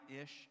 ish